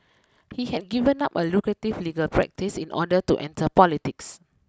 he had given up a lucrative legal practice in order to enter politics